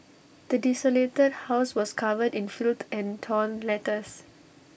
the desolated house was covered in filth and torn letters